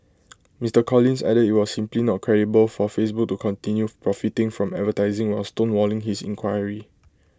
Mr Collins added IT was simply not credible for Facebook to continue profiting from advertising while stonewalling his inquiry